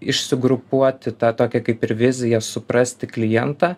išsugrupuoti tą tokią kaip ir viziją suprasti klientą